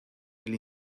del